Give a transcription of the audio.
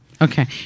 Okay